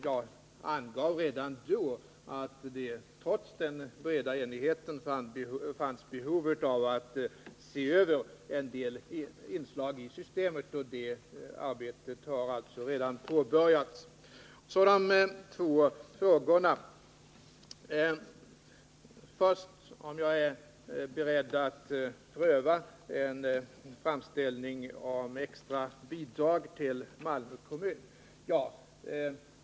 Jag angav redan då att det trots den breda enigheten fanns behov av att se över en del inslag i systemet, och ett sådant översynsarbete har alltså redan påbörjats. Så till de två frågorna. Den första gällde om jag är beredd att pröva en framställning om extra bidrag till Malmö kommun.